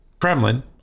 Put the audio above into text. Kremlin